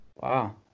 wow